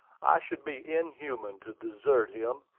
i should be inhuman to desert him,